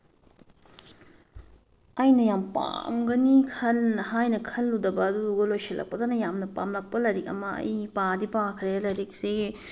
ꯑꯩꯅ ꯌꯥꯝꯅ ꯄꯥꯝꯒꯅꯤ ꯈꯟꯅ ꯍꯥꯏꯅ ꯈꯜꯂꯨꯗꯕ ꯑꯗꯨꯗꯨꯒ ꯂꯣꯏꯁꯤꯜꯂꯛꯄꯗꯅ ꯌꯥꯝꯅ ꯄꯥꯝꯂꯛꯄ ꯂꯥꯏꯔꯤꯛ ꯑꯃ ꯑꯩ ꯄꯥꯗꯤ ꯄꯥꯈ꯭ꯔꯦ ꯂꯥꯏꯔꯤꯛꯁꯤ